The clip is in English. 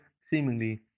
seemingly